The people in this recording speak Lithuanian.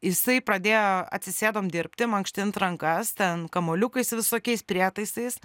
jisai pradėjo atsisėdom dirbti mankštint rankas ten kamuoliukais visokiais prietaisais